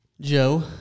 Joe